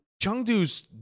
Chengdu's